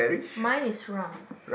mine is round